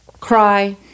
cry